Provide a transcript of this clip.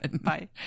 Bye